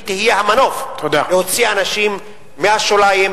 היא תהיה המנוף להוציא אנשים מהשוליים,